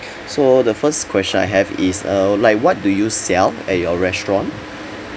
so the first question I have is uh like what do you sell at your restaurant